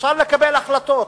אפשר לקבל החלטות,